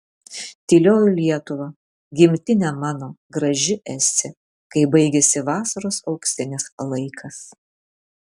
tylioji lietuva gimtine mano graži esi kai baigiasi vasaros auksinis laikas